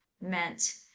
meant